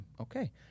okay